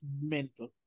mental